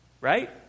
Right